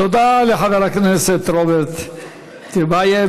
תודה לחבר הכנסת רוברט טיבייב.